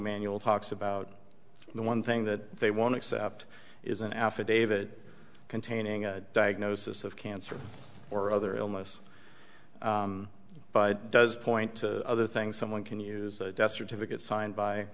manual talks about the one thing that they want to accept is an affidavit containing a diagnosis of cancer or other illness but it does point to other things someone can use a death certificate signed by